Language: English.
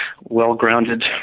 well-grounded